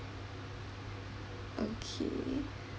okay